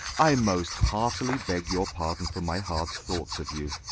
i most heartily beg your pardon for my hard thoughts of you.